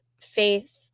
Faith